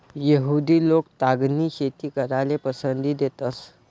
यहुदि लोक तागनी शेती कराले पसंती देतंस